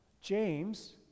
James